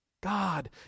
God